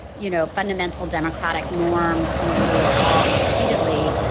you know, fundamental democratic norms and the rule of law repeatedly.